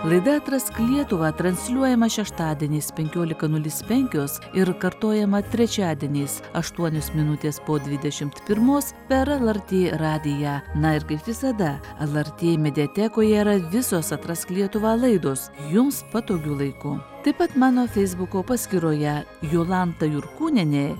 laida atrask lietuvą transliuojama šeštadieniais penkiolika nulis penkios ir kartojama trečiadieniais aštuonios minutės po dvidešimt pirmos per lrt radiją na ir kaip visada lrt mediatekoje yra visos atrask lietuvą laidos jums patogiu laiku taip pat mano feisbuko paskyroje jolanta jurkūnienė